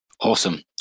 awesome